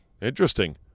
interesting